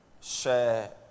share